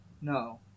No